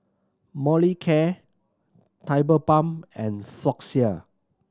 Molicare Tigerbalm and Floxia